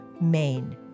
Maine